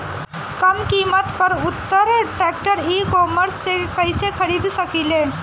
कम कीमत पर उत्तम ट्रैक्टर ई कॉमर्स से कइसे खरीद सकिले?